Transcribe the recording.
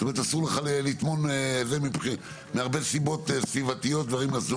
אסור לך לטמון מהרבה סיבות סביבתיות ודברים מהסוג הזה.